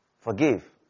Forgive